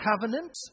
covenant